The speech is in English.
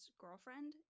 girlfriend